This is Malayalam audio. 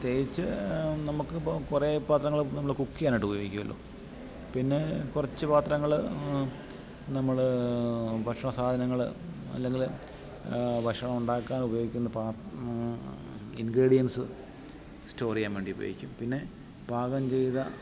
പ്രത്യേകിച്ച് നമുക്ക് ഇപ്പം കുറെ പാത്രങ്ങൾ നമ്മൾ കുക്ക് ചെയ്യാനായിട്ട് ഉപയോഗിക്കുമല്ലോ പിന്നെ കുറച്ച് പാത്രങ്ങൾ നമ്മൾ ഭക്ഷണ സാധനങ്ങൾ അല്ലെങ്കിൽ ഭക്ഷണം ഉണ്ടാക്കാൻ ഉപയോഗിക്കുന്ന ഇൻക്രിഡിയൻസ് സ്റ്റോറ് ചെയ്യാൻ വേണ്ടി ഉപയോഗിക്കും പിന്നെ പാകം ചെയ്ത